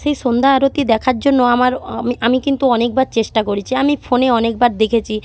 সেই সন্ধ্যা আরতি দেখার জন্য আমার আমি আমি কিন্তু অনেকবার চেষ্টা করেছি আমি ফোনে অনেকবার দেখেছি